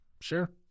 sure